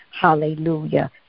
Hallelujah